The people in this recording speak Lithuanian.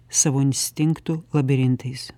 savo instinktų labirintais